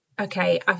okay